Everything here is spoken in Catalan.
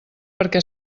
perquè